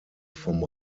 vom